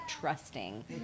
trusting